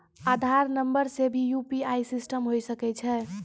आधार नंबर से भी यु.पी.आई सिस्टम होय सकैय छै?